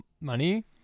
money